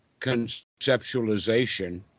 Conceptualization